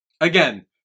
Again